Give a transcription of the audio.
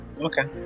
Okay